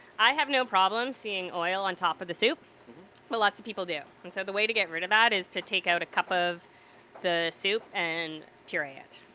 i have no problem seeing oil on top of the soup but lots of people do. and so the way to get rid of that is to take out a cup of the soup and puree it,